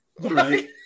Right